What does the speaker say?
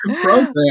program